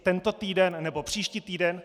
Tento týden nebo příští týden?